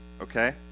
Okay